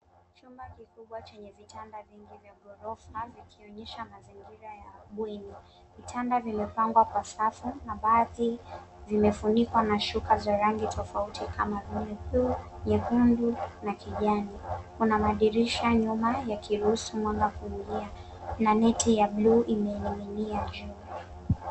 Chumba kikubwa chenye vitanda vingi vya ghorofa vikionyesha mazingira ya bweni. Vitanda vimepangwa kwa safu na baadhi vimefunikwa na shuka za rangi tofauti kama vile buluu, nyekundu na kijani. Kuna madirisha nyuma yakiruhusu mwanga kuingia na miti ya buluu imeninginia juu.